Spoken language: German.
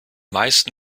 meisten